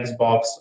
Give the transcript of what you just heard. Xbox